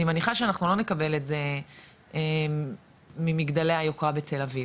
אני מניחה שאנחנו לא נקבל את זה ממגדלי היוקרה בתל אביב.